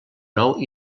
nou